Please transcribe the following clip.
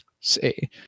say